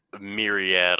myriad